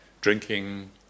drinking